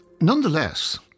Nonetheless